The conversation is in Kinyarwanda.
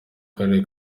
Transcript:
karere